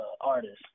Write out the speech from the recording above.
artists